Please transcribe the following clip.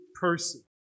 person